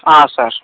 sir